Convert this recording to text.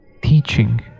Teaching